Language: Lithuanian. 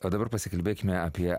o dabar pasikalbėkime apie